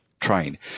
train